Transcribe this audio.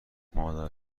مادر